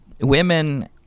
women